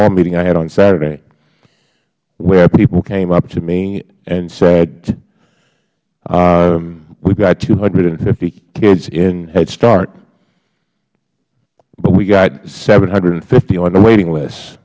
hall meeting i had on saturday where people came up to me and said we have two hundred and fifty kids in head start but we have seven hundred and fifty on the waiting list